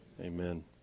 amen